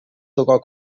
sogar